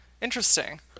interesting